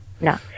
No